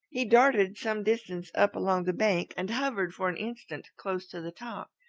he darted some distance up along the bank and hovered for an instant close to the top.